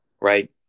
right